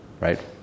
right